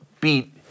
beat